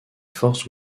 forces